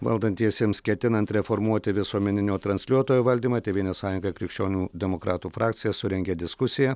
valdantiesiems ketinant reformuoti visuomeninio transliuotojo valdymą tėvynės sąjunga krikščionių demokratų frakcija surengė diskusiją